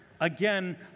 again